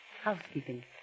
housekeeping